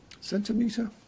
centimeter